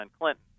Clinton